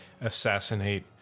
assassinate